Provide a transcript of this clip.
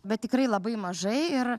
bet tikrai labai mažai ir